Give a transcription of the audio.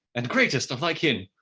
and greatest of thy kin.